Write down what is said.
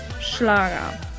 Schlager